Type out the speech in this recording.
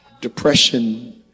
Depression